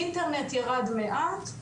אינטרנט ירד מעט,